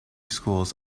schools